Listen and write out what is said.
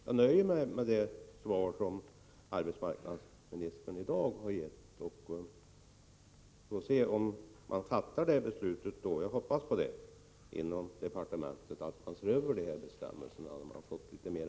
Jag nöjer mig med det svar som arbetsmarknadsministern har gett i dag, men jag hoppas att man, när man fått litet mer tid på sig, fattar det beslutet i departementet att man ser över dessa bestämmelser.